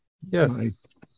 Yes